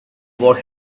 what